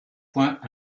point